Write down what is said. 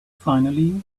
finally